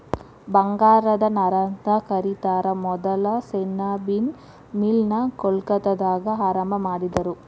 ಬಂಗಾರದ ನಾರಂತ ಕರಿತಾರ ಮೊದಲ ಸೆಣಬಿನ್ ಮಿಲ್ ನ ಕೊಲ್ಕತ್ತಾದಾಗ ಆರಂಭಾ ಮಾಡಿದರು